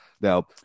Now